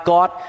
God